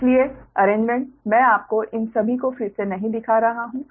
इसलिए अरेंजमेंट मैं आपको इन सभी को फिर से नहीं दिखा रहा हूं